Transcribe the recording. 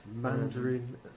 Mandarin